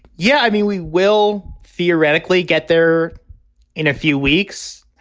yeah, i mean, we will theoretically get there in a few weeks.